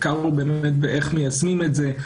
העיקר הוא באמת באיך מיישמים את זה,